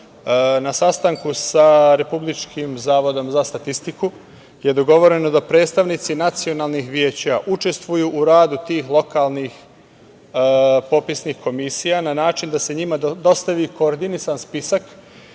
Na sastanku sa Republičkim zavodov za statistiku je dogovoreno da predstavnici nacionalnih veća učestvuju u radu tih lokalnih popisnih komisija, na način da se njima dostavi koordinisan spisak